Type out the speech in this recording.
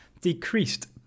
decreased